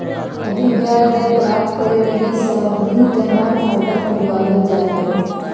अधिक ब्याज दर प्राप्त करे लगी सावधि जमा खाता खुलवावल जा हय